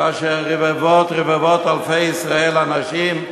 כאשר רבבות רבבות אלפי ישראל, אנשים,